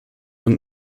und